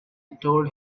told